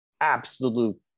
absolute